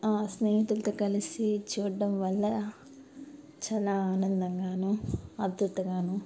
స్నేహితులతో కలిసి చూడటం వల్ల చాలా ఆనందం గానూ ఆత్రుత గానూ